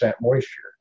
moisture